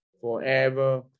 forever